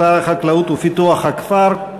שר החקלאות ופיתוח הכפר,